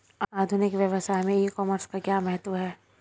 आधुनिक व्यवसाय में ई कॉमर्स का क्या महत्व है?